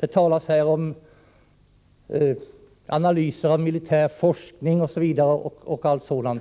Det talas här om analyser av militär forskning osv.,